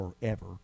forever